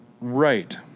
Right